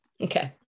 Okay